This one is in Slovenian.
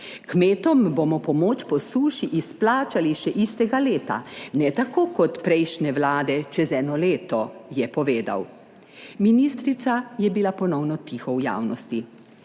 Kmetom bomo pomoč po suši izplačali še istega leta, ne tako kot prejšnje vlade, čez eno leto, je povedal. Ministrica je bila ponovno tiho v javnosti,